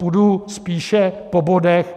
Půjdu spíše po bodech.